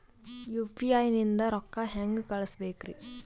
UPI ನಿಂದ ರೊಕ್ಕ ಹೆಂಗ ಕಳಸಬೇಕ್ರಿ?